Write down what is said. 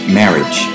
marriage